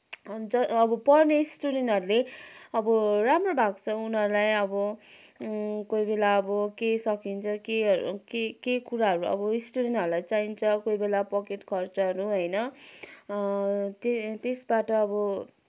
अब पढ्ने स्टुडेन्टहरूले अब राम्रो भएको छ उनीहरूलाई अब कोही बेला अब के सकिन्छ के के के कुराहरू अब स्टुडेन्टहरूलाई चाहिन्छ कोही बेला पकेट खर्चहरू होइन त्यस त्यसबाट अब